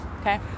okay